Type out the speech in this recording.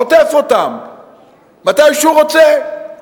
חוטף אותן מתי שהוא רוצה.